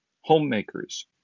homemakers